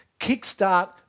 kickstart